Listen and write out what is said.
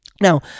Now